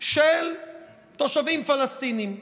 של תושבים פלסטינים.